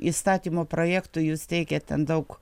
įstatymo projektui jūs teikiat ten daug